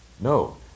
No